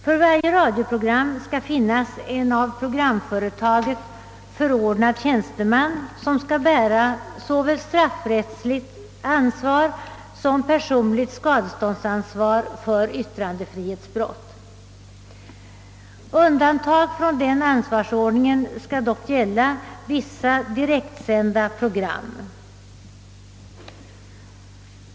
För varje radioprogram skall finnas en av programföretaget förordnad tjänsteman, som skall bära såväl straff rättsligt ansvar som personligt skadeståndsansvar för yttrandefrihetsbrott. Undantag från denna ansvarsordning skall dock gälla vissa direktsända program.